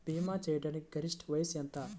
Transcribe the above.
భీమా చేయాటానికి గరిష్ట వయస్సు ఎంత?